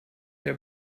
der